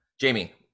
Jamie